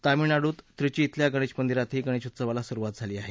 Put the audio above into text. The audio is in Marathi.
तामिळनाडूत त्रिची धिल्या गणेश मंदिरातही गणेश उत्सवाला सुरुवात झाली आहे